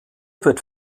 wird